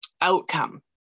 outcome